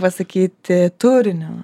pasakyti turinio